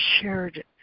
shared